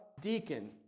deacon